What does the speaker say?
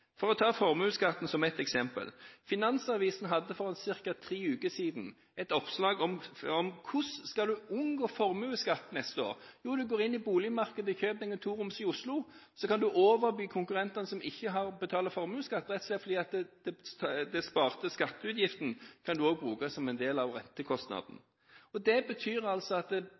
For å ta formuesskatten som et eksempel: Finansavisen hadde for ca. tre uker siden et oppslag om hvordan en skulle unngå formuesskatt neste år. Jo, en går inn i boligmarkedet og kjøper en toroms i Oslo. Så kan en overby konkurrentene som ikke betaler formuesskatt, rett og slett fordi den sparte skatteutgiften kan en også bruke som en del av rentekostnaden. Det betyr at formuesskatten i dag drar opp prisene på små boliger for vanlige folk, slik at